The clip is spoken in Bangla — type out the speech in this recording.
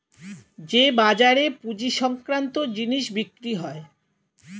যে বাজারে পুঁজি সংক্রান্ত জিনিস বিক্রি হয়